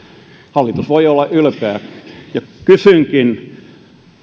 hallitus voi olla ylpeä ja kysynkin